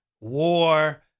war